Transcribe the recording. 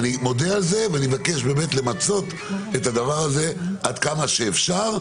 אני מודה על זה ואני מבקש למצות את הנושא הזה עד כמה שאפשר,